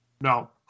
No